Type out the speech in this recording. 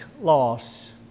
loss